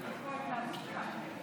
(איסור נהיגת שטח בדרך שאינה דרך ייעודית לנסיעת שטח),